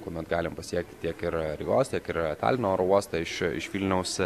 kuomet galim pasiekti tiek ir rygos tiek ir talino oro uostą iš iš vilniaus